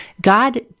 God